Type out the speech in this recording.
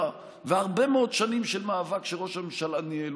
והרבה מאוד שנים של מאבק שראש הממשלה ניהל,